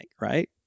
right